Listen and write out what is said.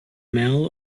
mail